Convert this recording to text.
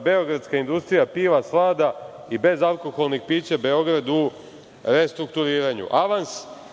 Beogradska industrija piva, slada i bezalkoholnih pića Beograd u restrukturiranju. Dakle,